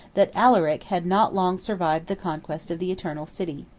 that alaric had not long survived the conquest of the eternal city.